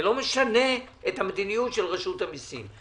זה לא משנה את המדיניות של רשות המיסים.